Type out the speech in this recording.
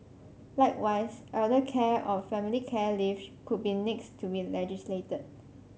likewise elder care or family care leave could be next to be legislated